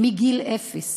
מגיל אפס,